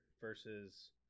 versus